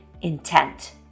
intent